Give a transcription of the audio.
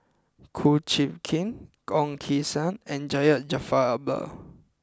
Kum Chee Kin Ong Keng Sen and Syed Jaafar Albar